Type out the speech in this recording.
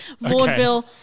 Vaudeville